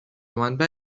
منبع